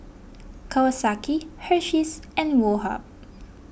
Kawasaki Hersheys and Woh Hup